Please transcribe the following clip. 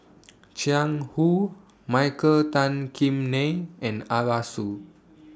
Jiang Hu Michael Tan Kim Nei and Arasu